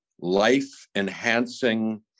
life-enhancing